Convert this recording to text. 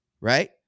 right